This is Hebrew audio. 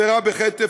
נפטרה בחטף,